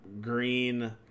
green